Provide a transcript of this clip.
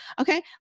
Okay